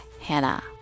Hannah